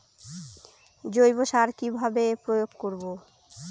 জৈব সার কি ভাবে প্রয়োগ করব?